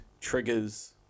triggers